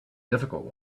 difficult